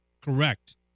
Correct